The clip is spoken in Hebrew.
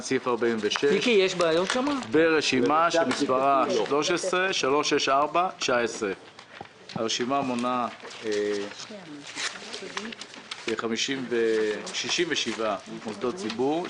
סעיף 46 ברשימה שמספרה 13-364-19. הרשימה מונה 67 מוסדות ציבור,